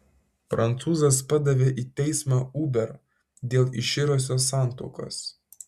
prancūzas padavė į teismą uber dėl iširusios santuokos